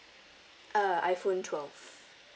uh iphone twelve